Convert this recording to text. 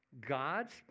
God's